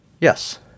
Yes